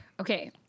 Okay